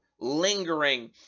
lingering